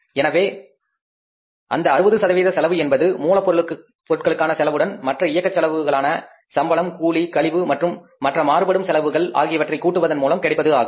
எனவே அந்த 60 சதவீத செலவு என்பது மூலப் பொருளுக்கான செலவுடன் மற்ற இயக்க செலவுகளான சம்பளம் கூலி கழிவு மற்றும் மற்ற மாறுபடும் செலவுகள் ஆகியவற்றை கூட்டுவதன் மூலம் கிடைப்பது ஆகும்